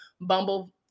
Bumble –